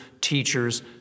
teachers